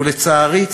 ולצערי,